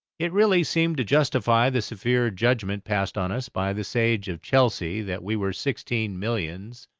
it really seemed to justify the severe judgment passed on us by the sage of chelsea, that we were sixteen millions,